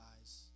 eyes